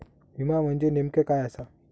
विमा म्हणजे नेमक्या काय आसा?